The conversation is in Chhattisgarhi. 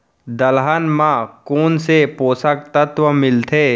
दलहन म कोन से पोसक तत्व मिलथे?